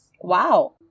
Wow